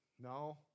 No